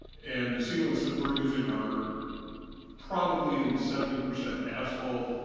and the sealants that we're using are probably in the seventy percent asphalt,